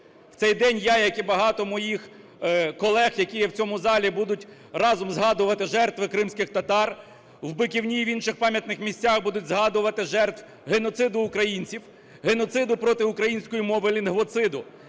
В цей день я, як і багато моїх колег, які є в цьому залі, будуть разом згадувати жертви кримських татар. В Биківні і в інших пам'ятних місцях будуть згадувати жертв геноциду українців, геноциду проти української мови – лінгвоциду.